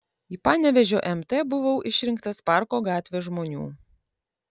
į panevėžio mt buvau išrinktas parko gatvės žmonių